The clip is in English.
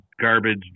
garbage